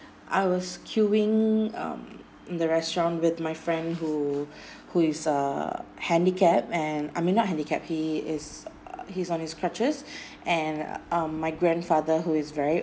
I was queuing um the restaurant with my friend who who is a handicap and I mean not handicapped he is he's on his crutches and um my grandfather who is very